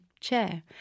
chair